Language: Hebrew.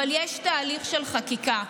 אבל יש תהליך של חקיקה.